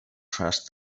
trust